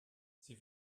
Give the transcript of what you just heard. sie